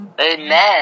Amen